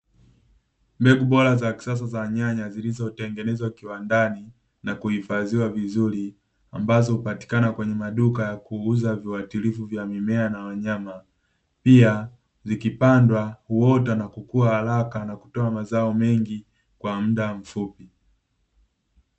Mbegu bora za kisasa za nyanya, zilizotengenezwa kiwandani, na kuhifadhiwa vizuri, ambazo hupatikana kwenye maduka ya kuuza viwatilifu vya mimea na wanyama. Pia zikipandwa huota na kukuwa haraka na kutoa mazao mengi kwa mda mfupi.